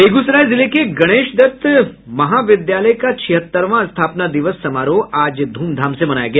बेगूसराय जिले के गणेश दत्त महाविद्यालय का छिहत्तरवां स्थापना दिवस समारोह आज धूमधाम से मनाया गया